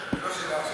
זה מזעזע.